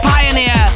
Pioneer